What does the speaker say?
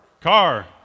Car